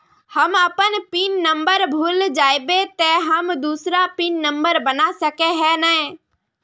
हम अपन PIN number भूल जयबे ते हम दूसरा पिन नंबर बना सके है नय?